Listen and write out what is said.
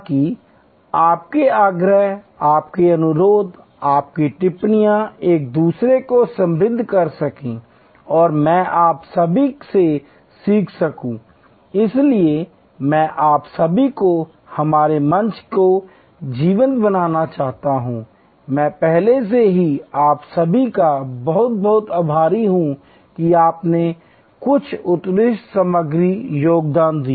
ताकि आपके आग्रह आपके अनुभव आपकी टिप्पणियां एक दूसरे को समृद्ध कर सकें और मैं आप सभी से सीख सकूं इसलिए मैं आप सभी को हमारे मंच को जीवंत बनाना चाहूंगा मैं पहले से ही आप सभी का बहुत बहुत आभारी हूं कि आपने कुछ उत्कृष्ट सामग्री योगदान दिया